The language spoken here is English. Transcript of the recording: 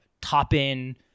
top-in